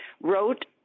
wrote